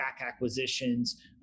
acquisitions